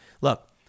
Look